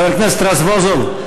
חבר הכנסת רזבוזוב,